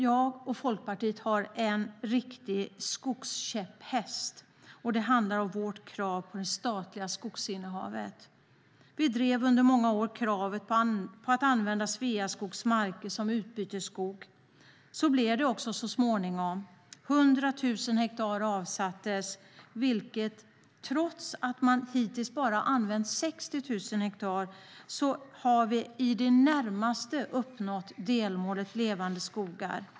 Jag och Folkpartiet har en riktig skogskäpphäst, och det är vårt krav på det statliga skogsinnehavet. Vi drev under många år kravet på att använda Sveaskogs marker som utbytesskog. Så blev det också så småningom. 100 000 hektar avsattes, vilket innebär att vi, trots att endast 60 000 hektar hittills har använts, i det närmaste har uppnått delmålet Levande skogar.